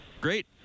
Great